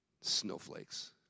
Snowflakes